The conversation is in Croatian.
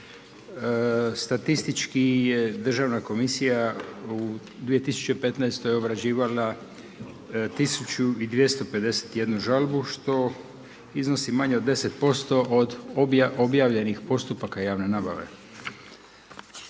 Statistički je Državna komisija u 2015. obrađivala 1251 žalbu što iznosi manje od 10% odo objavljenih postupaka javne nabave.